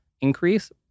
increase